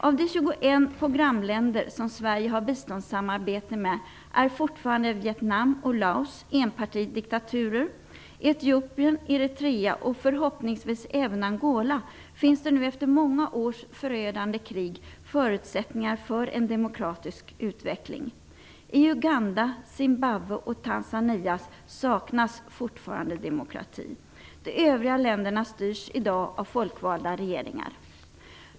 Av de 21 programländer som Sverige har biståndssamarbete med är fortfarande Vietnam och Laos enpartidiktaturer. I Etiopien, Eritrea och förhoppningsvis även Angola finns det nu efter många års förödande krig förutsättningar för en demokratisk utveckling. I Uganda, Zimbabwe och Tanzania saknas fortfarande demokrati. De övriga länderna styrs fortfarande av folkvalda regeringar.